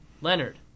Leonard